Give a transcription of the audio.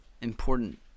important